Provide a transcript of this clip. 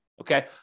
okay